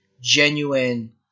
genuine